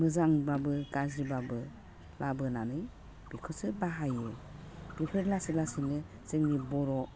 मोजांबाबो गाज्रिबाबो लाबोनानै बेखौसो बाहायो बेफोर लासै लासैनो जोंनि बर'